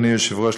אדוני היושב-ראש,